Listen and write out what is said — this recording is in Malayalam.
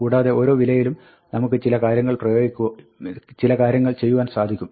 കൂടാതെ ഓരോ വിലയിലും നമുക്ക് ചില കാര്യങ്ങൾ ചെയ്യുവാൻ സാധിക്കും